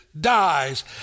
dies